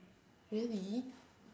really